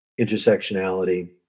intersectionality